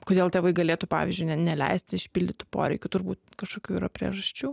kodėl tėvai galėtų pavyzdžiui ne neleisti išpildyti poreikių turbūt kažkokių yra priežasčių